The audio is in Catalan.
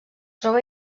troba